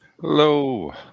Hello